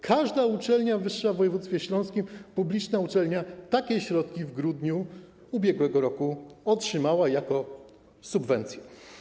Każda uczelnia wyższa w województwie śląskim, publiczna uczelnia, takie środki w grudniu ubiegłego roku otrzymała jako subwencję.